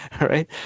right